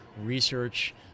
research